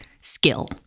skill